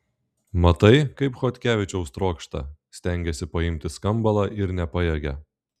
matai kaip chodkevičius trokšta stengiasi paimti skambalą ir nepajėgia